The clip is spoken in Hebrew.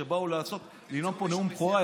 שבאו לנאום פה נאום בכורה,